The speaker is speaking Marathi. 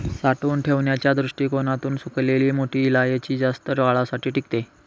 साठवून ठेवण्याच्या दृष्टीकोणातून सुकलेली मोठी इलायची जास्त काळासाठी टिकते